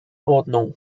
ordnung